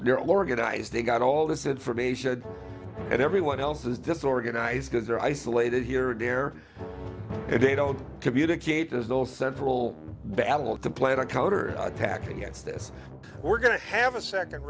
they're all organized they got all this information and everyone else is disorganized because they're isolated here or there and they don't communicate as those central battle to plan a counter attack against this we're going to have a second